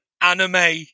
anime